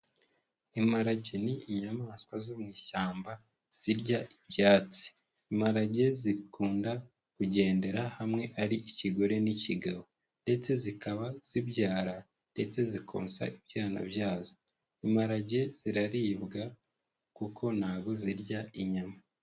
Imparage ni inyamaswa zo mu ishyamba zirya ibyatsi, imparage zikunda kugendera hamwe ari ikigore n'ikigabo ndetse zikaba zibyara ndetse zikosa ibyana byazo, imparage ziraribwa kuko ntago zirya inyama.